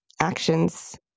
actions